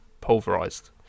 pulverized